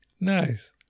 Nice